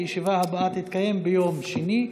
הישיבה הבאה תתקיים ביום שני,